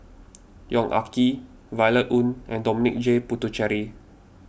Yong Ah Kee Violet Oon and Dominic J Puthucheary